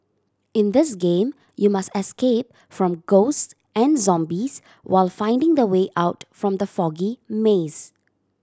in this game you must escape from ghost and zombies while finding the way out from the foggy maze